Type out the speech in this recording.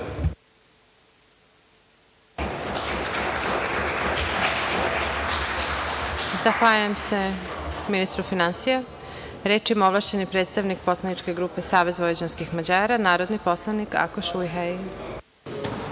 Zahvaljujem se ministru finansija. Reč ima ovlašćeni predstavnik poslaničke grupe Savez vojvođanskih Mađara, narodni poslanik Akoš Ujhelji.